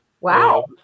Wow